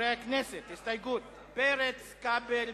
כהצעת הוועדה ועם ההסתייגות שנתקבלה, נתקבל.